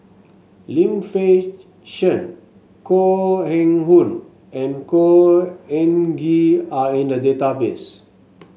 Lim Fei Shen Koh Eng Hoon and Khor Ean Ghee are in the database